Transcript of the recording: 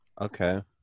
okay